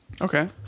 okay